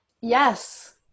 Yes